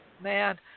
man